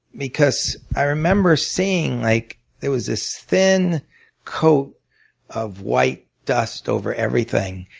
because i remember seeing like there was this thin coat of white dust over everything.